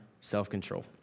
self-control